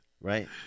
right